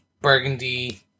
burgundy